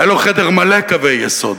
היה לו חדר מלא קווי יסוד